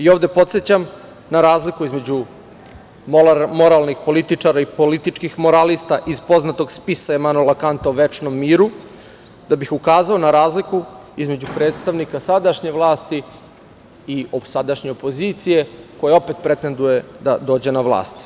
Ovde podsećam na razliku između moralnih političara i političkih moralista iz poznatog spisa Emanuela Kanta o večnom miru, da bih ukazao na razliku između predstavnika sadašnje vlasti i sadašnje opozicije, koja opet pretenduje da dođe na vlast.